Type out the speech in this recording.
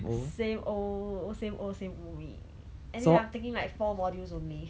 same old same old same old me anyway I'm taking like four modules only